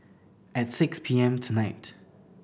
at six P M tonight